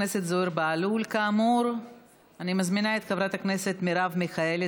אני מזמינה את חברת הכנסת מרב מיכאלי,